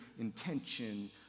intention